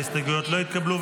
ההסתייגויות לא התקבלו.